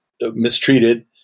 mistreated